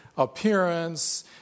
appearance